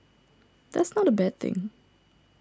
that is not a bad thing